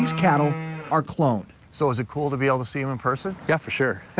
cattle are cloned. so is it cool to be able to see them in person? yeah, for sure.